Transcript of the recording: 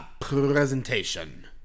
Presentation